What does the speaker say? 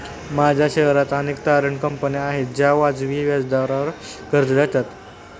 माझ्या शहरात अनेक तारण कंपन्या आहेत ज्या वाजवी व्याजावर कर्ज देतात